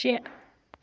شےٚ